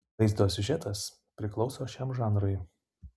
vaizdo siužetas priklauso šiam žanrui